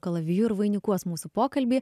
kalaviju ir vainikuos mūsų pokalbį